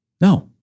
No